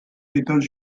états